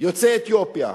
יוצאי אתיופיה,